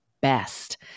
best